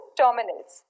terminals